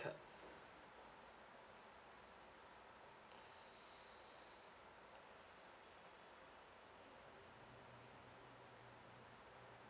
card